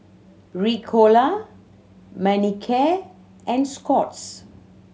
Ricola Manicare and Scott's